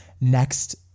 next